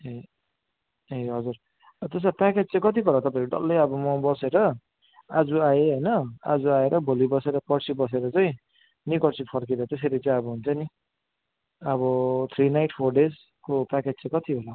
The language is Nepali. ए ए हजुर त्यसो भए प्याकेज चाहिँ कतिको होला तपाईँको डल्लै अब म बसेर आज आएँ होइन आज आएर भोलि बसेर पर्सी बसेर चाहिँ निकर्सी फर्केर चाहिँ फेरि चाहिँ अब हुन्छ नि अब थ्री नाइट फोर डेजको प्याकेज चाहिँ कति होला